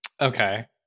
Okay